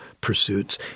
pursuits